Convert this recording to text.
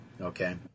Okay